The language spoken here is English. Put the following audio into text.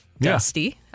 Dusty